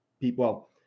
people